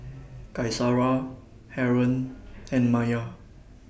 Qaisara Haron and Maya